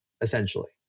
essentially